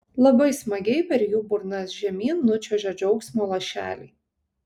labai smagiai per jų burnas žemyn nučiuožia džiaugsmo lašeliai